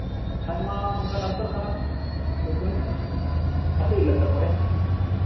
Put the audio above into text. ᱟᱭᱢᱟ ᱱᱚᱝᱠᱟ ᱰᱟᱠᱛᱚᱨ ᱠᱷᱟᱱᱟ ᱠᱚ ᱥᱮ ᱵᱟᱹᱱᱩᱜ ᱟᱹᱱᱤᱡ ᱟᱯᱮ ᱮᱞᱟᱠᱟ ᱠᱚᱨᱮᱜ